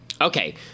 Okay